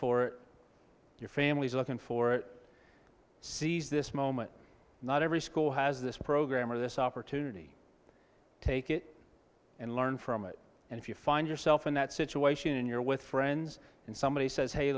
for your families looking for seize this moment not every school has this program or this opportunity take it and learn from it and if you find yourself in that situation and you're with friends and somebody says hey